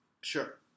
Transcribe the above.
Sure